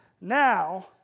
now